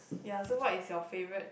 ya so what is your favourite